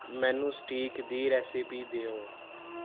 ਮੈਨੂੰ ਸਟੀਕ ਦੀ ਰੈਸਿਪੀ ਦਿਓ